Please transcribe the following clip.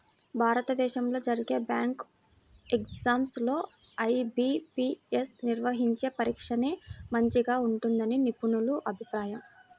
భారతదేశంలో జరిగే bank exams లో ఐ.బీ.పీ.యస్ నిర్వహించే పరీక్షనే మంచిగా ఉంటుందని నిపుణుల అభిప్రాయం